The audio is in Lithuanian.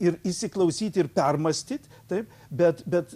ir įsiklausyt ir permąstyt taip bet bet